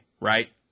right